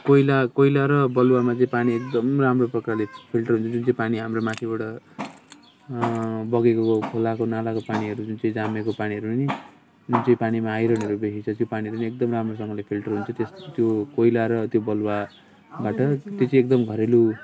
त्यो कोइला कोइला र बलुवामा चाहिँ पानी एकदम राम्रो प्रकारले फिल्टर हुन्छ जुन चाहिँ पानी हाम्रो माथिबाट बगेको खोलाको नालाको पानीहरू जुन चाहिँ जामेको पानीहरू नि जुन चाहिँ पानीमा आइरनहरू भेटिन्छ त्यो पानी पनि एकदम राम्रोसँगले फिल्टर हुन्छ त्यो कोइला र त्यो बलुवाट त्यो चाहिँ एकदम घरेलु